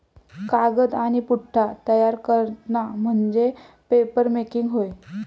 कागद आणि पुठ्ठा तयार करणा म्हणजे पेपरमेकिंग होय